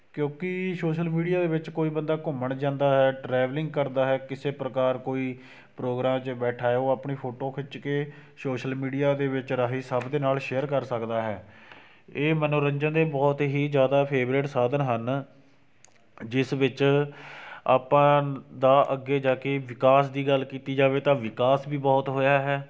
ਕਿਉਂਕਿ social media ਦੇ ਵਿੱਚ ਕੋਈ ਬੰਦਾ ਘੁੰਮਣ ਜਾਂਦਾ ਹੈ ਟਰੈਵਲਿੰਗ ਕਰਦਾ ਹੈ ਕਿਸੇ ਪ੍ਰਕਾਰ ਕੋਈ ਪ੍ਰੋਗਰਾਮ 'ਚ ਬੈਠਾ ਹੈ ਉਹ ਆਪਣੀ ਫੋਟੋ ਖਿੱਚ ਕੇ ਸੋਸ਼ਲ ਮੀਡੀਆ ਦੇ ਵਿੱਚ ਰਾਹੀਂ ਸਭ ਦੇ ਨਾਲ ਸ਼ੇਅਰ ਕਰ ਸਕਦਾ ਹੈ ਇਹ ਮਨੋਰੰਜਨ ਦੇ ਬਹੁਤ ਹੀ ਜ਼ਿਆਦਾ ਫੇਵਰੇਟ ਸਾਧਨ ਹਨ ਜਿਸ ਵਿੱਚ ਆਪਾਂ ਦਾ ਅੱਗੇ ਜਾ ਕੇ ਵਿਕਾਸ ਦੀ ਗੱਲ ਕੀਤੀ ਜਾਵੇ ਤਾਂ ਵਿਕਾਸ ਵੀ ਬਹੁਤ ਹੋਇਆ ਹੈ